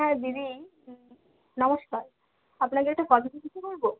হ্যাঁ দিদি নমস্কার আপনাকে একটা কথা জিজ্ঞাসা করবো